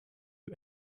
you